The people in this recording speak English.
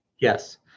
Yes